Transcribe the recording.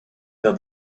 that